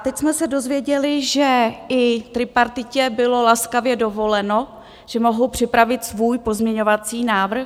Teď jsme se dozvěděli, že i tripartitě bylo laskavě dovoleno, že mohou připravit svůj pozměňovací návrh.